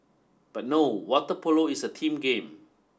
but no water polo is a team game